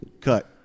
Cut